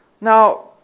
Now